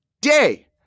day